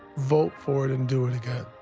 vote for it and do it again.